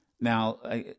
Now